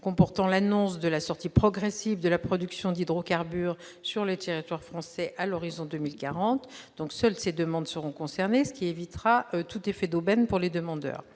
comportant l'annonce de « la sortie progressive de la production d'hydrocarbures sur le territoire français à l'horizon 2040 », seront concernées, ce qui évitera tout effet d'aubaine pour les demandeurs.